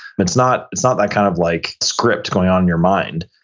it's not it's not that kind of like script going on in your mind.